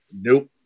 Nope